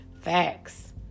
facts